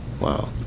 Wow